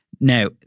Now